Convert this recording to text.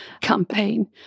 campaign